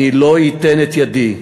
אני לא אתן את ידי,